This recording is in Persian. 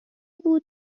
بود